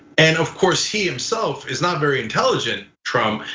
and, of course, he himself is not very intelligent, trump,